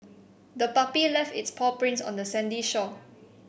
the puppy left its paw prints on the sandy shore